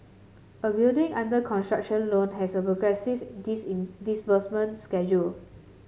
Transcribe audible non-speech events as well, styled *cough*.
a building under construction loan has a progressive *unintelligible* disbursement schedule